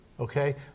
Okay